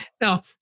Now